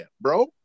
bro